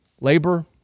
Labor